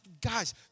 guys